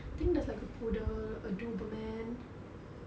I think there's like a poodle a dobermann